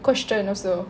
question also